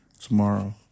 Tomorrow